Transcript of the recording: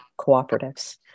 cooperatives